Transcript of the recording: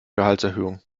gehaltserhöhung